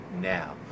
now